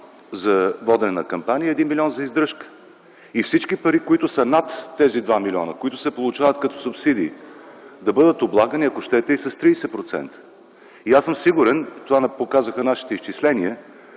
за водене на кампания и 1 милион за издръжка. И всички пари, които са над тези 2 милиона, които се получават като субсидии, да бъдат облагани, ако щете и с 30%. Аз съм сигурен, това показаха нашите изчисления,